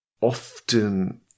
often